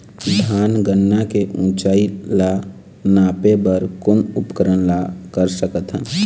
धान गन्ना के ऊंचाई ला नापे बर कोन उपकरण ला कर सकथन?